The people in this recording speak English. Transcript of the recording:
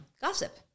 gossip